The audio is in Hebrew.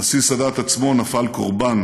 הנשיא סאדאת עצמו נפל קורבן